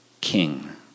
king